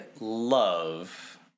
love